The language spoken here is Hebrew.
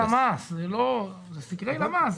זה סקרי הלמ"ס.